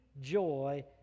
joy